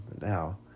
now